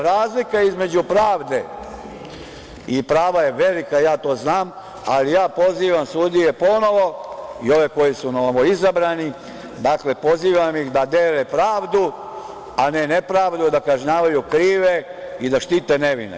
Razlika između pravde i prava je velika, ja to znam, ali ja pozivam sudije ponovo i ove koji su novoizabrani, dakle, pozivam ih da dele pravdu, a ne nepravdu da kažnjavaju krive i da štite nevine.